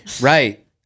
Right